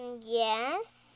yes